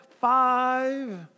five